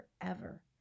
forever